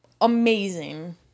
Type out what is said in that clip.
amazing